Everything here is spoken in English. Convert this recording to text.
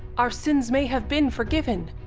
our sins may have been forgiven,